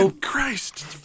Christ